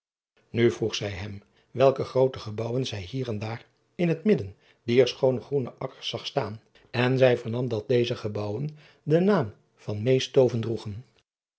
u vroeg zij hem welke groote gebouwen zij hier en daar in het midden dier schoone groene akkers zag staan en zij vernam dat deze gebouwen den naam van eestoven droegen